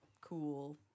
cool